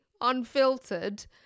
unfiltered